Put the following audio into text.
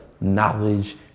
knowledge